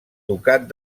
ducat